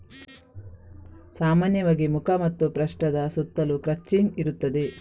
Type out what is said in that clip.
ಸಾಮಾನ್ಯವಾಗಿ ಮುಖ ಮತ್ತು ಪೃಷ್ಠದ ಸುತ್ತಲೂ ಕ್ರಚಿಂಗ್ ಇರುತ್ತದೆ